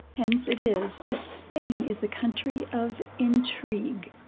hence it is that spain is the country of intrigue.